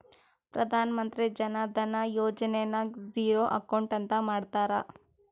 ಪ್ರಧಾನ್ ಮಂತ್ರಿ ಜನ ಧನ ಯೋಜನೆ ನಾಗ್ zero account ಅಂತ ಮಾಡ್ತಾರ